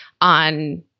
on